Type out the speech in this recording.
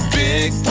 big